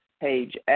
page